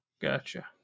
Gotcha